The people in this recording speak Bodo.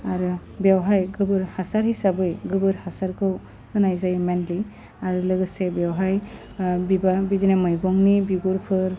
आरो बेवहाय गोबोर हासार हिसाबै गोबोर हासारखौ होनाय जायो मेनलि आरो लोगोसे बेवहाय बिबार बिदिनो मैगंनि बिगुरफोर